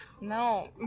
No